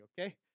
okay